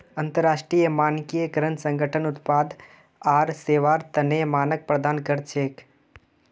अंतरराष्ट्रीय मानकीकरण संगठन उत्पाद आर सेवार तने मानक प्रदान कर छेक